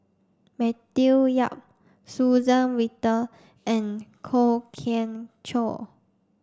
Matthew Yap Suzann Victor and Kwok Kian Chow